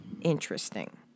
interesting